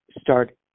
start